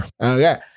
Okay